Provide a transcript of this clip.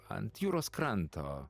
ant jūros kranto